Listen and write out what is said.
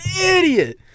idiot